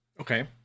Okay